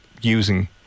using